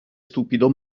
stupido